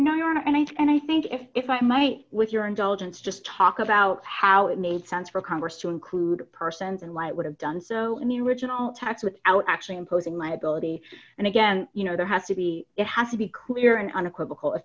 rights and i think if i might with your indulgence just talk about how it made sense for congress to include persons and why it would have done so in the original tax without actually imposing liability and again you know there has to be it has to be clear and unequivocal if